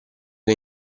che